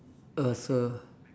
oh so